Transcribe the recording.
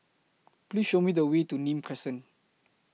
Please Show Me The Way to Nim Crescent